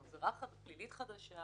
עם עבירה פלילית חדשה.